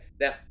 Now